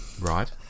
Right